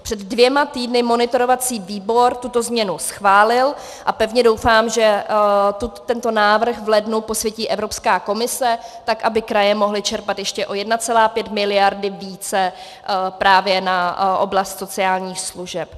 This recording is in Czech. Před dvěma týdny monitorovací výbor tuto změnu schválil a pevně doufám, že tento návrh v lednu posvětí Evropská komise, tak aby kraje mohly čerpat ještě o 1,5 mld. více právě na oblast sociálních služeb.